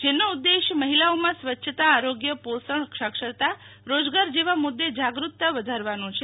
જેનો ઉદેશ મહિલાઓમાં સ્વચ્છતા આરોગ્ય પોષણ સાક્ષરતા રોજગાર જેવા મુદ્દે જાગૃતતા વધારવાનો છે